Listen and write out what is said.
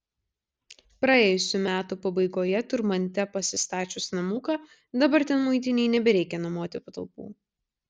praėjusių metų pabaigoje turmante pasistačius namuką dabar ten muitinei nebereikia nuomoti patalpų